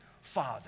Father